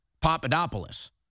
Papadopoulos